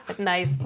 nice